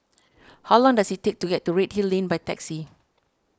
how long does it take to get to Redhill Lane by taxi